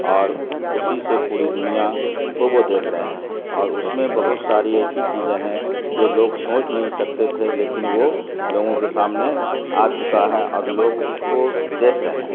اور اسی سے پوری دنیا کو وہ دیکھ رہے ہیں اور اس میں بہت ساری ایسی چیزیں ہیں جو لوگ سوچ نہیں سکتے تھے لیکن وہ لوگوں کے سامنے آ چکا ہے اور لوگ اس کو دیکھ رہے ہیں